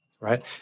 right